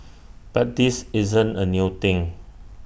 but this isn't A new thing